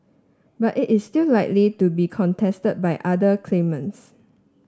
but it is still likely to be contested by other claimants